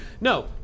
No